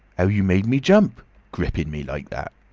how you made me jump gripping me like that!